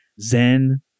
Zen